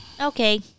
okay